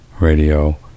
radio